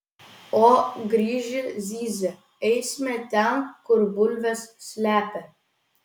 o grįžę zyzia eisime ten kur bulves slepia